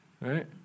right